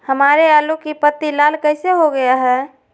हमारे आलू की पत्ती लाल कैसे हो गया है?